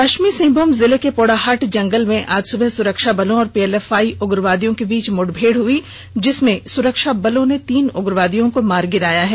पश्चिमी सिंहमूम जिले के पोड़ाहाट जंगल में आज सुबह सुरक्षाबलों और पीएलएफआई उग्रवादियों के बीच मुठभेड़ हुई जिसमें सुरक्षाबलों ने तीन उग्रवादी को मार गिराया है